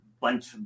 bunch